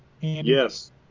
yes